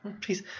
please